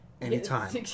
Anytime